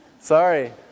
Sorry